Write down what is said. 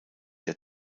der